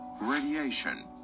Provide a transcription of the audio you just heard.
Radiation